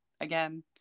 again